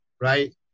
right